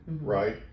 Right